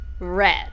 red